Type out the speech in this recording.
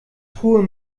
truhe